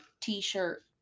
t-shirt